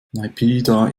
naypyidaw